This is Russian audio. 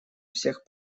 всех